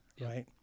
right